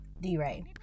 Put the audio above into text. D-Ray